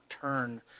turn